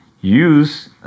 use